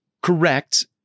Correct